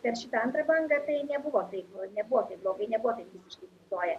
per šitą antrą bangą tai nebuvo taip nebuvo taip blogai nebuvo taip visisškai sustoję